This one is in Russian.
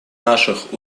наших